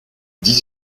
dix